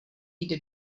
jde